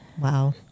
wow